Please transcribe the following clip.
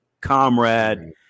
comrade